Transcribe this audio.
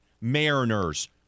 Mariners